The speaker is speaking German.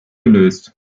gelöst